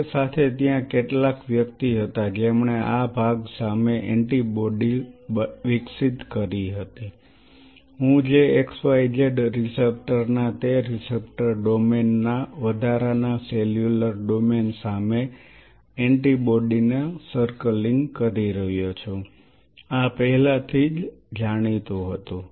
સાથે સાથે ત્યાં કેટલાક વ્યક્તિ હતા જેમણે આ ભાગ સામે એન્ટિબોડી વિકસિત કરી હતી હું જે x y z રીસેપ્ટરના તે રીસેપ્ટર ડોમેન ના વધારાના સેલ્યુલર ડોમેન સામે એન્ટિબોડી ને સર્કલીંગ કરી રહ્યો છું આ પહેલાથી જ જાણીતું હતું